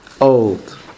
old